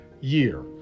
year